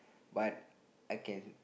but I can